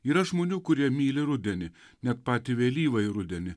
yra žmonių kurie myli rudenį net patį vėlyvą rudenį